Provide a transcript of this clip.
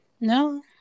No